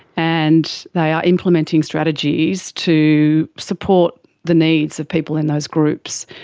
and they are implementing strategies to support the needs of people in those groups.